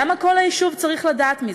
למה כל היישוב צריך לדעת מזה?